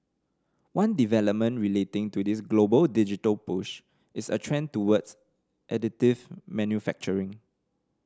one development relating to this global digital push is a trend towards additive manufacturing